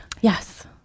Yes